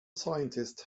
scientist